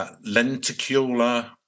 lenticular